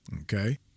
Okay